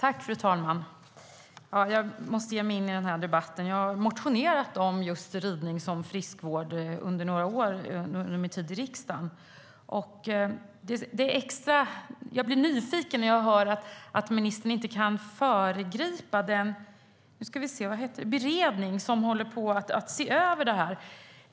Fru talman! Jag måste ge mig in i den här debatten. Jag har motionerat om just ridning som friskvård under mina år i riksdagen. Jag blir nyfiken när jag hör att ministern inte kan föregripa den beredning som ser över detta.